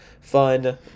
fun